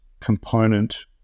component